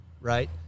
right